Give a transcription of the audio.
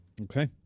okay